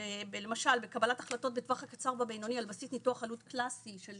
למשל בקבלת החלטות בטווח הקצר והבינוני על בסיס ניתוח עלות קלאסי של